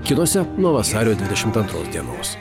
kitose nuo vasario dvidešimt antros dienos